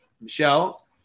Michelle